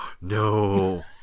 No